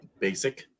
basic